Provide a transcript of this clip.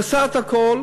הוא עשה את הכול.